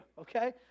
okay